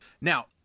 Now